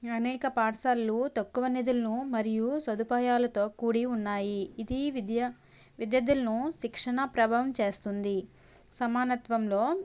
అనేక పాఠశాలలు తక్కువ నిధులను మరియు సదుపాయాలతో కూడి ఉన్నాయి ఇది విద్యా విద్యార్థులను శిక్షణా ప్రభావం చేస్తుంది సమానత్వంలో